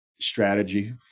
strategy